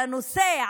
על הנושא,